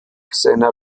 seiner